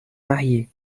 marié